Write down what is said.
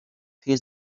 his